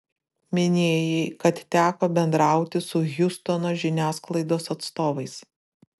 minėjai kad teko bendrauti su hjustono žiniasklaidos atstovais